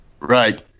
Right